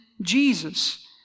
Jesus